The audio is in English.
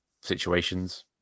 situations